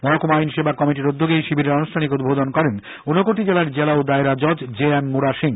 মহকুমা আইন সেবা কমিটির উদ্যোগে এই শিবিরের আনুষ্ঠানিক উদ্বোধন করেন উনকোটি জেলার জেলা ও দায়রা জজ জে এম মুড়াসিং